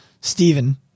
Stephen –